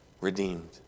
redeemed